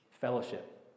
Fellowship